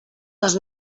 les